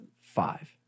five